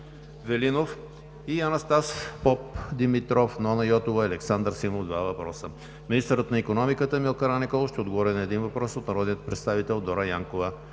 Велинов; и Анастас Попдимитров, Нона Йотова и Александър Симов (2 въпроса). 7. Министърът на икономиката Емил Караниколов ще отговори на един въпрос от народния представител Дора Янкова.